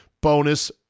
bonus